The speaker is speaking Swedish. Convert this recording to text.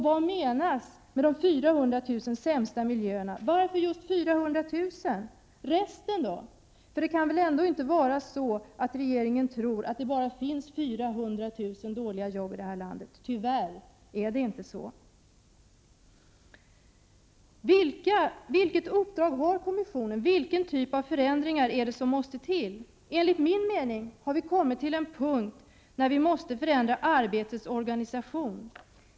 Vad menas med de 400 000 sämsta arbetsmiljöerna? Varför just 400 000? Resten då? Det kan väl ändå inte vara så att regeringen tror att det finns bara 400 000 dåliga jobb här i landet. Tyvärr är det inte så. Vilket uppdrag har kommissionen, vilken typ av förändringar är det som måste till? Enligt min mening har vi kommit till en punkt där vi måste förändra arbetets organisation.